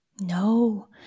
No